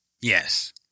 yes